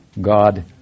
God